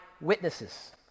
witnesses